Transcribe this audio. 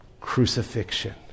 crucifixion